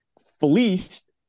fleeced